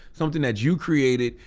something that you created,